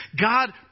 God